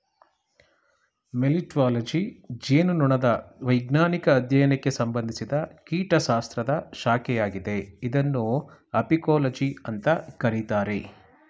melittology ಜೇನುನೊಣದ ವೈಜ್ಞಾನಿಕ ಅಧ್ಯಯನಕ್ಕೆ ಸಂಬಂಧಿಸಿದ ಕೀಟಶಾಸ್ತ್ರದ ಶಾಖೆಯಾಗಿದೆ ಇದನ್ನು ಅಪಿಕೋಲಜಿ ಅಂತ ಕರೀತಾರೆ